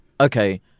Okay